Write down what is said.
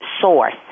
source